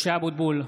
(קורא בשמות חברי הכנסת) משה אבוטבול,